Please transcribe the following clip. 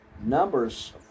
Numbers